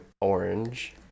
orange